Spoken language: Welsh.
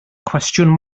cwestiwn